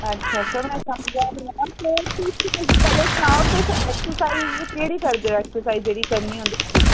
अच्छा चलो मैं समझा नी आं तुस मिगी सनाओ तुस ऐक्सरसाइज केह्ड़ी करदे ओ ऐक्सरसाइज जेह्डी करनी होंदी